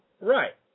Right